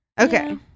Okay